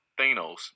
Thanos